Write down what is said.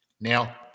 Now